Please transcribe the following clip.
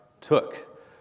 took